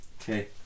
Okay